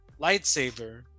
lightsaber